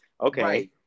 Okay